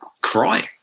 crying